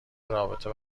رابطه